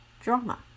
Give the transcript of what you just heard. drama